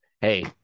Hey